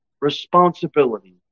responsibility